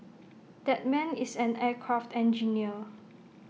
that man is an aircraft engineer